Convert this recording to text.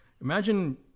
Imagine